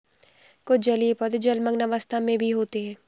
कुछ जलीय पौधे जलमग्न अवस्था में भी होते हैं